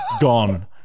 Gone